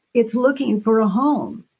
it's looking for a home.